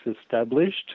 established